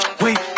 Wait